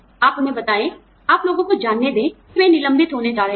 आप उन्हें बताएं आप लोगों को जानने दें कि वे निलंबित होने जा रहे हैं